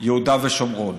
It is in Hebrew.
יהודה ושומרון.